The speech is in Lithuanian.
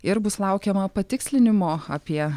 ir bus laukiama patikslinimo apie